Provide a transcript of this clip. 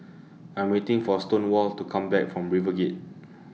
I'm waiting For Stonewall to Come Back from RiverGate